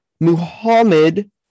Muhammad